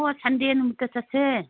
ꯑꯣ ꯁꯟꯗꯦ ꯅꯨꯃꯤꯠꯇ ꯆꯠꯁꯦ